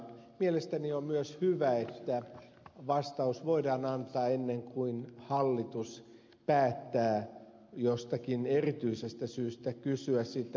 mielestäni on myös hyvä että vastaus voidaan antaa ennen kuin hallitus päättää jostakin erityisestä syystä kysyä sitä